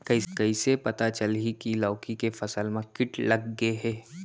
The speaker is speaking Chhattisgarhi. कइसे पता चलही की लौकी के फसल मा किट लग गे हे?